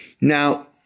Now